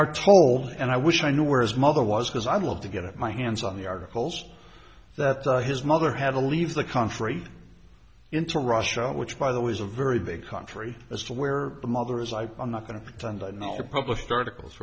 are told and i wish i knew where his mother was because i'd love to get my hands on the articles that his mother had to leave the country into russia which by the is a very big country as to where the mother is i i'm not going to pretend i'm not a published articles